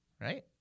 Right